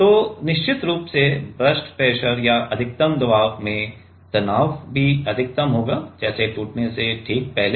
तो निश्चित रूप से बर्स्ट प्रेशर या अधिकतम दबाव में तनाव भी अधिकतम होगा जैसे टूटने से ठीक पहले